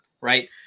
right